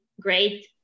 great